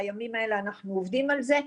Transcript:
בימים האלה אנחנו עובדים על זה.